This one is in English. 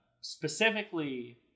specifically